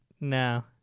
No